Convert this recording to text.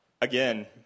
again